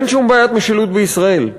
אין שום בעיית משילות בישראל.